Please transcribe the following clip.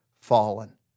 fallen